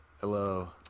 Hello